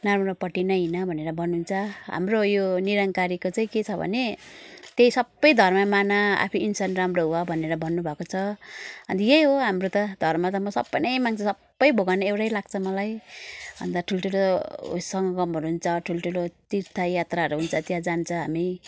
नाराम्रोपट्टि नहिँड भनेर भन्नुहुन्छ हाम्रो उयो निरङ्कारीको चाहिँ के छ भने त्यही सबै धर्म मान आफै इन्सान राम्रो हुनु भनेर भन्नुभएको छ अन्त यही हो हाम्रो त धर्म त म सबै नै मान्छु सबै भगवान् एउटै लाग्छ मलाई अन्त ठुल्ठुलो उयो संगमहरू हुन्छ ठुल्ठुलो तीर्थ यात्राहरू हुन्छ त्यहाँ जान्छ हामी